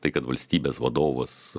tai kad valstybės vadovas